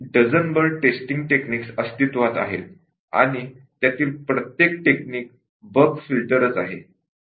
डझनभर testing techniques अस्तित्वात आहेत आणि त्यातील प्रत्येक टेक्निक् बग फिल्टरच आहे